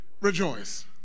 Rejoice